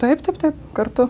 taip taip taip kartu